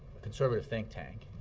a conservative think tank.